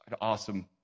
awesome